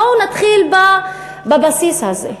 בואו נתחיל בבסיס הזה.